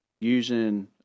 using